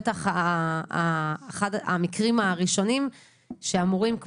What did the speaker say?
ובטח המקרים הראשונים שאמורים להיפתר,